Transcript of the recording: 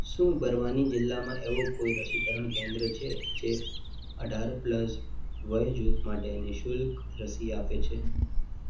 શું બરવાની જિલ્લામાં એવો કોઈ રસીકરણ કેન્દ્ર છે જે અઢાર પ્લસ વય જૂથ માટે નિઃશુલ્ક રસી આપે છે